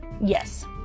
Yes